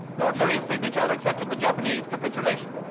lord louis's signature but accepted the japanese capitulation.